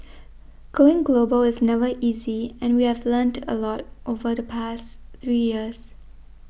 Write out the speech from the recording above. going global is never easy and we have learned a lot over the past three years